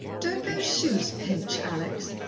don't those shoes pinch, alex?